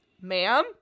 ma'am